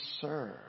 serve